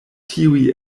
tiuj